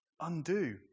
Undo